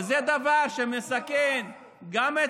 וזה דבר שמסכן, זה מנסור עבאס.